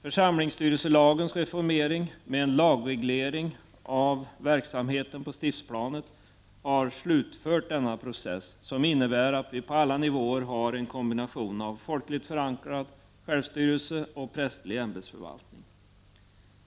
Församlingsstyrelselagens reformering med en lagreglering av verksamheten på stiftsplanet har slutfört denna process som innebär att vi på alla nivåer har en kombination av folkligt förankrad självstyrelse och prästerlig ämbetsförvaltning.